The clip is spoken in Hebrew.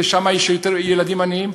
ששם יש יותר ילדים עניים,